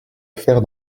faire